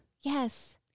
Yes